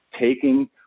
Taking